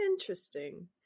Interesting